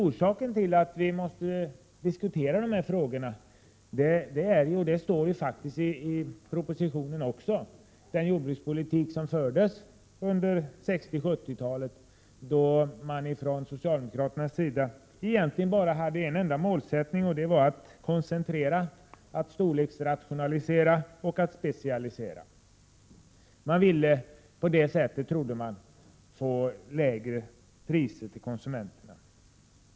Orsaken till att dessa frågor måste diskuteras är, vilket också står i propositionen, att den jordbrukspolitik som fördes under 1960 och 1970-talen från socialdemokraternas sida egentligen bara hade en enda målsättning, nämligen att koncentrera, att storleksrationalisera och att specialisera. Man ville på det sättet åstadkomma lägre priser för konsumenterna.